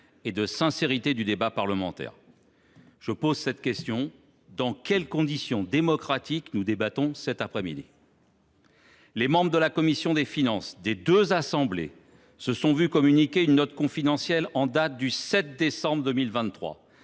et de sincérité du débat parlementaire. Dans quelles conditions démocratiques allons nous débattre cet après midi ? Les membres des commissions des finances des deux assemblées se sont vu communiquer une note confidentielle datée du 7 décembre 2023